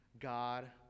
God